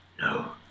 no